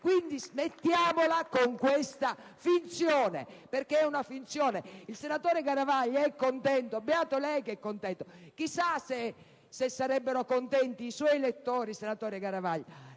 Quindi, smettiamola con questa finzione: perché è una finzione. Il senatore Garavaglia è contento: beato lui! Chissà se sarebbero contenti i suoi elettori, senatore Garavaglia,